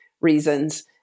reasons